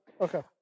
Okay